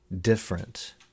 different